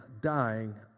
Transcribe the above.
dying